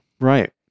Right